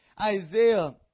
Isaiah